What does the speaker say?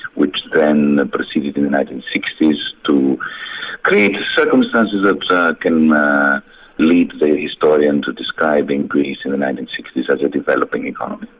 which then proceeded in the nineteen sixty s to create circumstances that can lead the historian to describing greece in the nineteen sixty s as a developing economy.